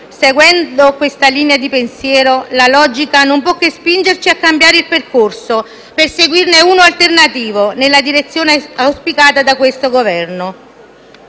Seguendo questa linea di pensiero, la logica non può che spingerci a cambiare il percorso, per seguirne uno alternativo nella direzione auspicata da questo Governo.